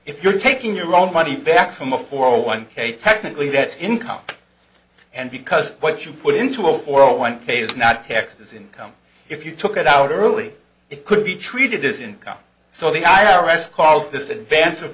if you're taking your own money back from a four one k technically that's income and because what you put into a four hundred one ks not taxed as income if you took it out early it could be treated as income so the i r s calls this advance of